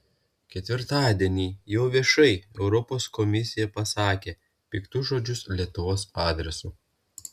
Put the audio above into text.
ketvirtadienį jau viešai europos komisija pasakė piktus žodžius lietuvos adresu